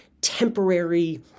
temporary